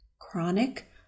chronic